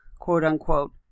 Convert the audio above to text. quote-unquote